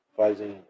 fazem